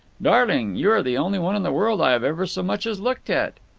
darling, you are the only one in the world i have ever so much as looked at.